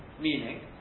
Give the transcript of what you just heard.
Meaning